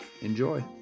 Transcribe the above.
Enjoy